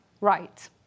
right